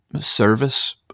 service